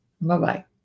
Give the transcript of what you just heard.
Bye-bye